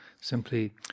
simply